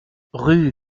rue